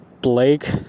Blake